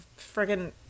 friggin